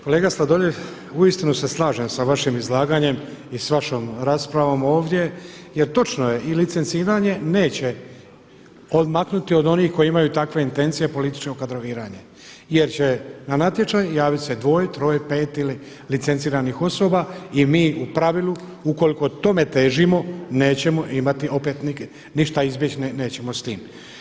Kolega Sladoljev uistinu se slažem sa vašem izlaganjem i sa vašom raspravom ovdje jer točno je i licenciranje neće odmaknuti od onih koji imaju takve intencije političkog kadroviranja jer će na natječaj javiti se dvoje, troje, pet licenciranih osoba i mi u pravilu ukoliko tome težimo nećemo imati, opet ništa izbjeći nećemo s tim.